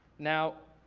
now,